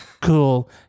Cool